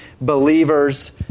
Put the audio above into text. believers